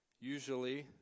Usually